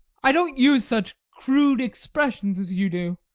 i don't use such crude expressions as you do,